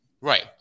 Right